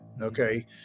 okay